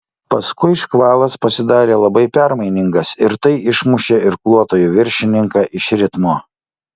paskui škvalas pasidarė labai permainingas ir tai išmušė irkluotojų viršininką iš ritmo